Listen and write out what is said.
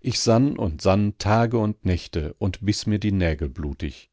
ich sann und sann tage und nächte und biß mir die nägel blutig